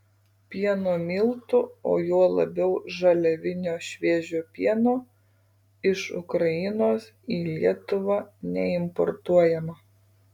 pieno miltų o juo labiau žaliavinio šviežio pieno iš ukrainos į lietuvą neimportuojama